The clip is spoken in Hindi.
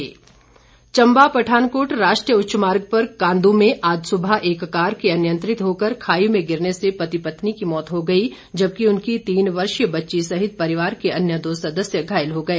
दुर्घटना चम्बा पठानकोट राष्ट्रीय उच्च मार्ग पर कांदू में आज सुबह एक कार के अनियंत्रित होकर खाई में गिरने से पति पत्नी की मौत हो गई जबकि उनकी तीन वर्षीय बच्ची सहित परिवार के अन्य दो सदस्य घायल हो गए